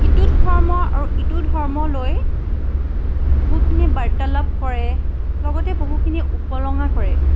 ইটো ধৰ্ম আৰু ইটো ধৰ্ম লৈ বহুখিনি বাৰ্তালাপ কৰে লগতে বহুখিনি উপলুঙা কৰে